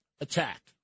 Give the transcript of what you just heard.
Attack